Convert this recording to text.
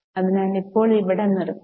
അതിനാൽ ഇപ്പോൾ ഇവിടെ നിർത്തും